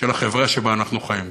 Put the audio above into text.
של החברה שבה אנחנו חיים.